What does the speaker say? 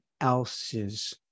else's